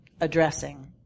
addressing